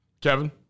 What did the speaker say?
Kevin